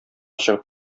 чыгып